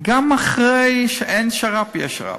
גם אחרי שאין שר"פ, יש שר"פ,